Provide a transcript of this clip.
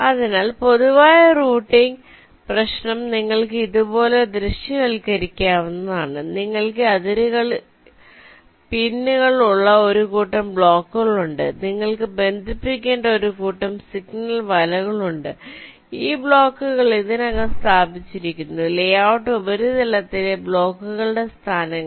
അതിനാൽ പൊതുവായ റൂട്ടിംഗ് പ്രശ്നം നിങ്ങൾക് ഇതുപോലെ ദൃശ്യവത്കരിക്കാവുന്നതാണ് നിങ്ങൾക്ക് അതിരുകളിൽ പിന്നുകളുള്ള ഒരു കൂട്ടം ബ്ലോക്കുകൾ ഉണ്ട് നിങ്ങൾക്ക് ബന്ധിപ്പിക്കേണ്ട ഒരു കൂട്ടം സിഗ്നൽ വലകൾ ഉണ്ട് ഈ ബ്ലോക്കുകൾ ഇതിനകം സ്ഥാപിച്ചിരിക്കുന്നു ലേ ഔട്ട് ഉപരിതലത്തിലെ ബ്ലോക്കുകളുടെ സ്ഥാനങ്ങൾ